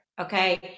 Okay